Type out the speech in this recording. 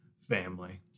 family